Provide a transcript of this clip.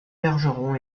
bergeron